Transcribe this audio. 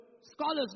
Scholars